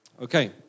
Okay